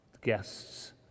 guests